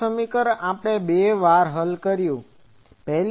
આ સમીકરણ આપણે બે વાર હલ કર્યું છે